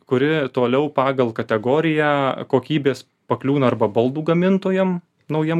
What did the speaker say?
kuri toliau pagal kategoriją kokybės pakliūna arba baldų gamintojam naujiem